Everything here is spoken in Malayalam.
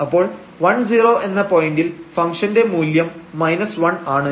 അപ്പോൾ 10 എന്ന പോയന്റിൽ ഫംഗ്ഷന്റെ മൂല്യം 1 ആണ്